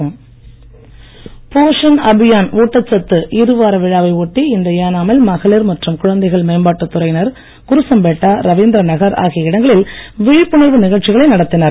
ஏனாம் போஷன் அபியான் ஊட்டச்சத்து இரு வார விழாவை ஒட்டி இன்று ஏனாமில் மகளிர் மற்றும் குழந்தைகள் மேம்பாட்டுத்துறையினர் குருசம்பேட்டா ரவீந்திர நகர் ஆகிய இடங்களில் விழிப்புணர்வு நிகழ்ச்சிகளை நடத்தினர்